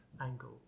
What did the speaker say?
angle